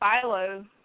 Philo